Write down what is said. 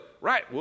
right